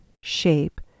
shape